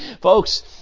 Folks